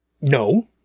No